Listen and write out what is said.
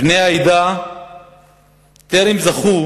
בני העדה טרם זכו